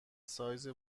سایز